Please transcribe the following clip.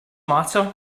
matter